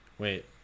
Wait